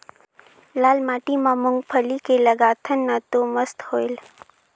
लाल माटी म मुंगफली के लगाथन न तो मस्त होयल?